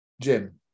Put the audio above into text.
Jim